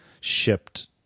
shipped